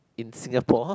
in Singapore